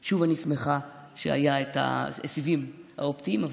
שוב, אני שמחה שהיו סיבים אופטיים.